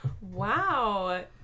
Wow